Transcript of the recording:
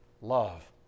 love